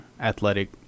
athletic